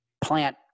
plant